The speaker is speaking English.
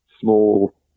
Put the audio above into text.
small